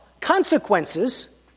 consequences